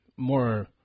more